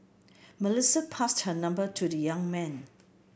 Melissa passed her number to the young man